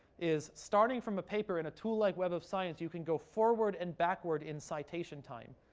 is starting from a paper and a tool like web of science, you can go forward and backward in citation time,